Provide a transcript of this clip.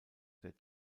der